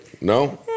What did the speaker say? No